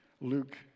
Luke